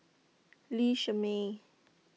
Lee Shermay